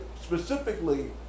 specifically